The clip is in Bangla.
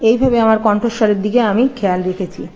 এইভেবে আমার কণ্ঠস্বরের দিকে আমি খেয়াল রেখেছি